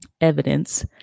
evidence